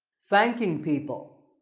thanking people.